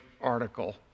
article